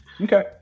Okay